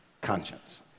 Conscience